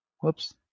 Whoops